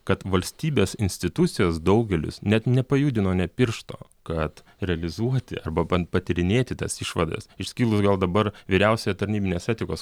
kad valstybės institucijos daugelis net nepajudino nė piršto kad realizuoti arba bent patyrinėti tas išvadas išskylus gal dabar vyriausiąją tarnybinės etikos